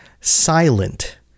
silent